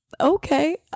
okay